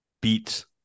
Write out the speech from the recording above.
beats